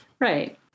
Right